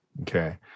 Okay